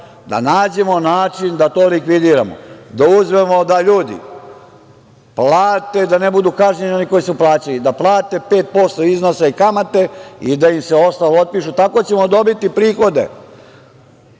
da nađemo način da to likvidiramo, da uzmemo da ljudi plate, da ne budu kažnjeni oni koji su plaćali, da plate 5% iznose i kamate i da im se ostalo otpiše. Tako ćemo dobiti prihode.